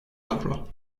avro